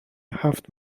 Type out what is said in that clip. هفت